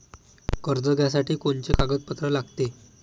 कर्ज घ्यासाठी कोनचे कागदपत्र लागते?